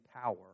power